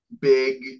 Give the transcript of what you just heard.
big